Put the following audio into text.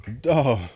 duh